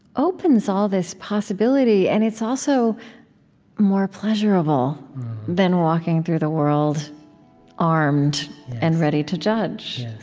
opens all this possibility and it's also more pleasurable than walking through the world armed and ready to judge,